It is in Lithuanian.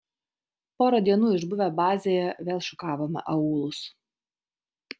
porą dienų išbuvę bazėje vėl šukavome aūlus